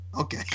Okay